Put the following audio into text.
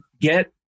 get